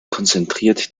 konzentriert